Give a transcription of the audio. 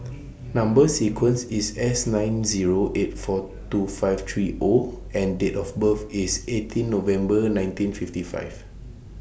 Number sequence IS S nine Zero eight four two five three O and Date of birth IS eighteen November nineteen fifty five